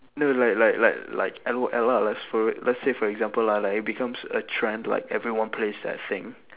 no like like like like L_O_L lah let's let's say for example lah like it becomes a trend like everyone plays that thing